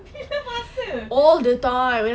bila masa